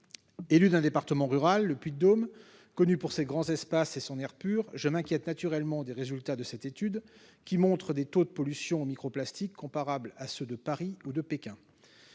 élu d'un département rural, le Puy-de-Dôme, connu pour ses grands espaces et son air pur, je m'inquiète naturellement des résultats de cette étude qui montrent des taux de pollution aux micro-plastiques comparables à ceux de Paris ou de Pékin